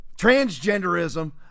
transgenderism